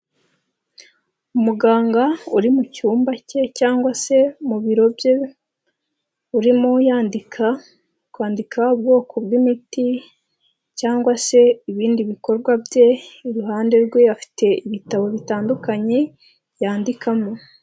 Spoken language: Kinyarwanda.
Umuganga uri mu cyumba ke cyangwa se mu biro bye, urimo yandika, kwandika ubwoko bw'imiti cyangwa se ibindi bikorwa bye, iruhande rwe afite ibitabo bitandukanye yandikamo.